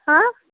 ہہ